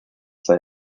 sei